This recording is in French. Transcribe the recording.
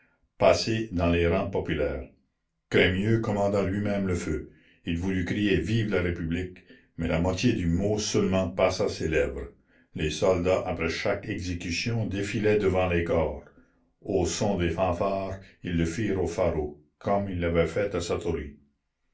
paquis passé dans les rangs populaires crémieux commanda lui-même le feu il voulut crier vive la république mais la moitié du mot seulement passa ses lèvres les soldats après chaque exécution défilaient devant les corps au son des fanfares ils le firent au pharo comme ils l'avaient fait à